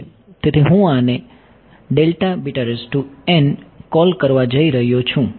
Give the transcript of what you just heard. તેથી હું આને કૉલ કરવા જઈ રહ્યો છું